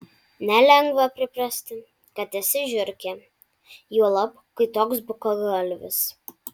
nelengva priprasti kad esi žiurkė juolab kai toks bukagalvis